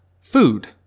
food